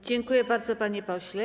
Dziękuję bardzo, panie pośle.